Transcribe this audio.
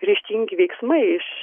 ryžtingi veiksmai iš